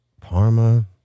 Parma